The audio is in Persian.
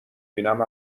بینم